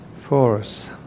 force